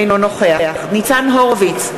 אינו נוכח ניצן הורוביץ,